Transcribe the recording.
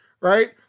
right